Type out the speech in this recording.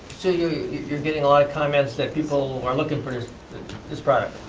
so you're you're getting a lot of comments that people are looking for this product?